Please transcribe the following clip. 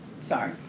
Sorry